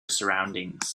surroundings